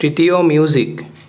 তৃতীয় মিউজিক